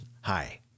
Hi